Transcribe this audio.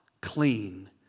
clean